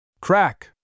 Crack